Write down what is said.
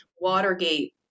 Watergate